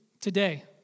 today